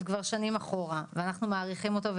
כבר שנים אחורה ואנחנו מאריכים אותו.